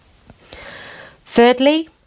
Thirdly